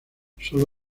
solo